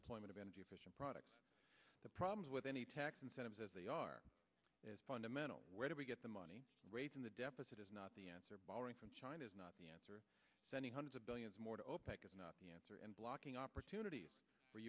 deployment of energy efficient products the problems with any tax incentives as they are as fundamental where do we get the money raising the deficit is not the answer china is not the answer sending hundreds of billions more to opec is not the answer and blocking opportunities for